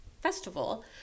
festival